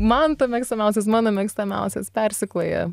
manto mėgstamiausias mano mėgstamiausias persikloja